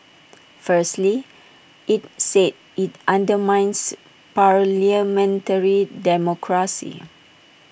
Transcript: firstly IT said IT undermines parliamentary democracy